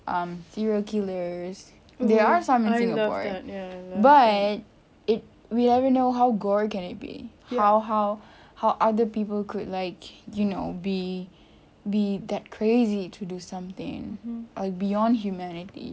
um serial killers there are some in singapore but it we never know how gore can it be how how how other people could like you know be be that crazy to do something like beyond humanity